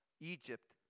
Egypt